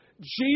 Jesus